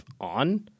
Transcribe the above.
on